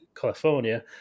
California